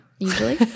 usually